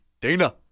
Dana